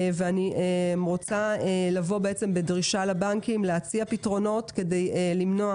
אני רוצה לבוא בדרישה לבנקים להציע פתרונות למנוע